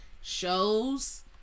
shows